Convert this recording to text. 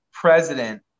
president